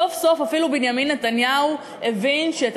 סוף-סוף אפילו בנימין נתניהו הבין שאת